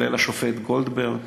כולל השופט גולדברג,